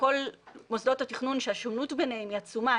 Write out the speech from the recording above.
לכל מוסדות התכנון שהשונות ביניהם היא עצומה.